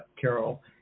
Carol